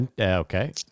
Okay